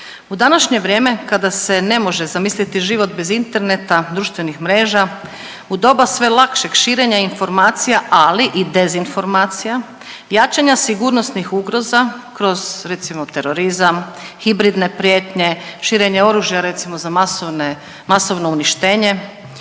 U današnje vrijeme kada se ne može zamisliti život bez interneta, društvenih mreža, u doba sve lakšeg širenja informacija, ali i dezinformacija, jačanja sigurnosnih ugroza kroz recimo terorizam, hibridne prijetnje, širenje oružja recimo za masovne, masovno uništenje,